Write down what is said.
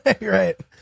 Right